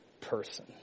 person